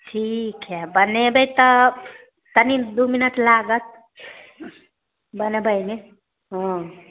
ठीक हए बनेबै तऽ कनि दू मिनट लागत बनबैमे हँ